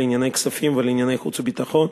לענייני כספים ולענייני חוץ וביטחון,